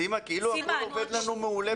סימה, כאילו הכול עובד לנו מעולה בכל המקומות.